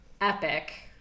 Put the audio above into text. epic